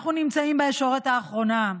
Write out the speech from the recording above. אנחנו נמצאים בישורת האחרונה.